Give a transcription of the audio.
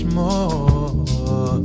more